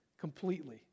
completely